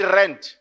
rent